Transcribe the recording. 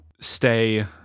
stay